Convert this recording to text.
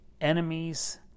enemies